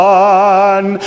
one